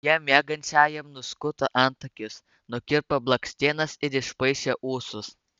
jie miegančiajam nuskuto antakius nukirpo blakstienas ir išpaišė ūsus